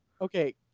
Okay